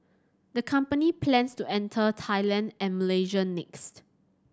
the company plans to enter Thailand and Malaysia next